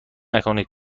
نکنید